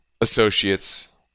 associates